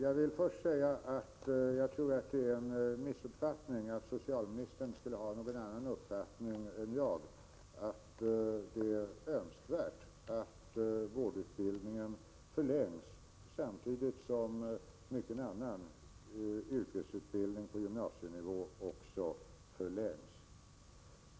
Herr talman! Jag tror att det är en missuppfattning att socialministern skulle ha en annan uppfattning än jag. Det är nämligen önskvärt att även vårdutbildningen förlängs samtidigt som mycken annan yrkesutbildning på gymnasienivå förlängs.